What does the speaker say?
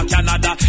Canada